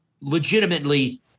legitimately